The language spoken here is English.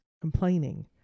complaining